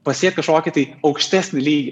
pasiekt kažkokį tai aukštesnį lygį